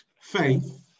faith